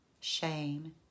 shame